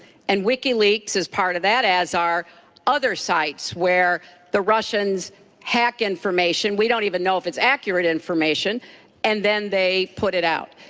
and wikileaks is part of that as are other sites where the russians hack information, we don't even know if it's accurate information and then they put it out.